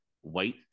white